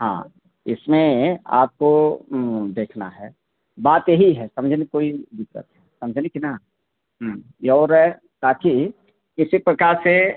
हाँ इसमें आपको देखना है बात यही है समझे में कोई दिक्कत है समझने कि ना ये और ताकि इसी प्रकार से